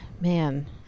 Man